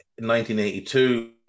1982